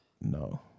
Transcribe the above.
No